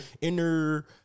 Inner